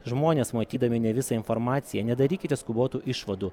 žmonės matydami ne visą informaciją nedarykite skubotų išvadų